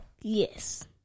Yes